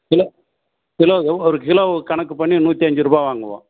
kilo kilo ஒரு ஒரு kilo கணக்கு பண்ணி நூற்றி அஞ்சு ரூபாய் வாங்குவோம்